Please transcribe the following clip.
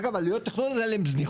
אגב, עלויות תכנון הן זניחות.